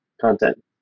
content